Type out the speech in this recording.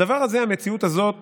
הדבר הזה, המציאות הזאת